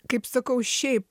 kaip sakau šiaip